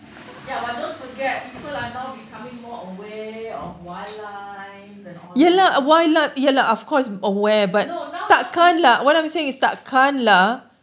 ya but don't forget people are now becoming more aware of wildlife and all that no now